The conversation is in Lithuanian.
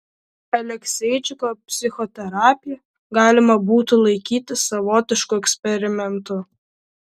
alekseičiko psichoterapiją galima būtų laikyti savotišku eksperimentu